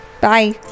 Bye